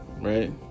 right